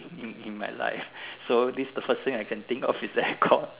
in in my life so this the first thing I can think of is aircon